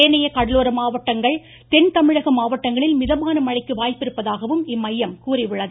ஏனைய கடலோர மாவட்டங்கள் தென்தமிழக மாவட்டங்களில் மிதமான மழைக்கு வாய்ப்பிருப்பதாக இம்மையம் கூறியுள்ளது